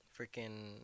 Freaking